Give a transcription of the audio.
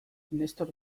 nestor